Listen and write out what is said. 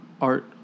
art